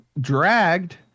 dragged